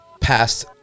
past